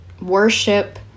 worship